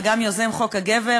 והוא גם יוזם חוק הגבר.